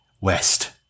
west